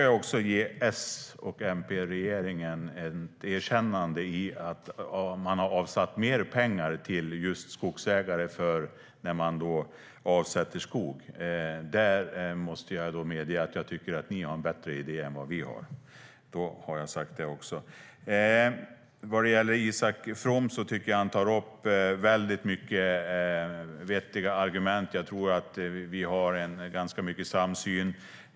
Jag ska ge S-MP-regeringen ett erkännande för att de avsatt mer pengar till skogsägare när dessa avsätter skog. Där måste jag medge att regeringens idé är bättre än vår. Därmed har jag sagt det. Vad gäller Isak From tycker jag att han har många vettiga argument. Jag tror att vi har ganska stor samsyn.